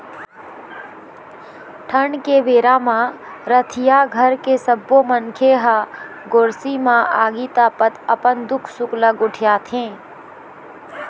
ठंड के बेरा म रतिहा घर के सब्बो मनखे ह गोरसी म आगी तापत अपन दुख सुख ल गोठियाथे